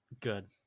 good